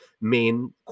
main